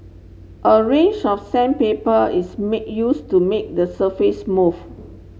a range of sandpaper is make use to make the surface smooth